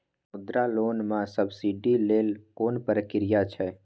मुद्रा लोन म सब्सिडी लेल कोन प्रक्रिया छै?